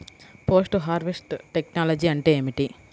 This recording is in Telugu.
పోస్ట్ హార్వెస్ట్ టెక్నాలజీ అంటే ఏమిటి?